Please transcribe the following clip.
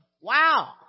Wow